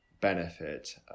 benefit